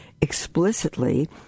explicitly